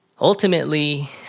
ultimately